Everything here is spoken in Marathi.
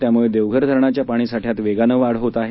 त्यामुळे देवघर धरणाच्या पाणीसाठ्यात वेगान वाढ होत आहे